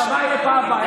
היו ארבעה,